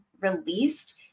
released